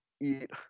eat